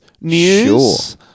news